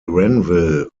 granville